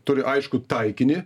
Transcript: turi aiškų taikinį